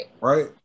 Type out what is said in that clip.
right